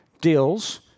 deals